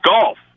Golf